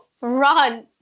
Run